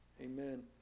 amen